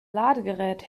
ladegerät